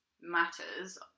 matters